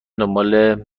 دنبال